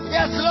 Yes